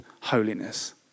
holiness